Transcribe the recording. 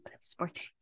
sporting